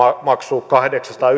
maksuun kahdeksansataa